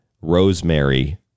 rosemary